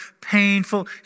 painful